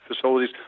facilities